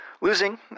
Losing